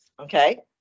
okay